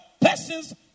person's